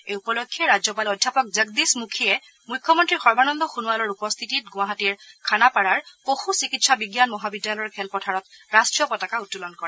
এই উপলক্ষে ৰাজ্যপাল অধ্যাপক জগদীশ মুখীয়ে মুখ্যমন্ত্ৰী সৰ্বানন্দ সোণোৱালৰ উপস্থিতিত গুৱাহাটীৰ খানাপাৰাৰ পশু চিকিৎসা বিজ্ঞান মহাবিদ্যালয়ৰ খেলপথাৰত ৰাষ্ট্ৰীয় পতাকা উত্তোলন কৰে